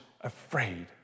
afraid